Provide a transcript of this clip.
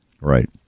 Right